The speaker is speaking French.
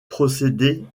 procéder